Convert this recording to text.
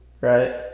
Right